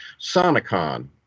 Sonicon